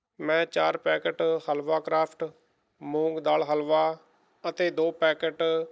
ਮੈਂ ਚਾਰ ਪੈਕੇਟ ਹਲਵਾ ਕਰਾਫਟ ਮੂੰਗ ਦਾਲ ਹਲਵਾ ਅਤੇ ਦੋ ਪੈਕੇਟ